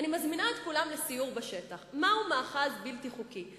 אני מזמינה את כולם לסיור בשטח מהו מאחז בלתי חוקי.